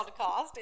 podcast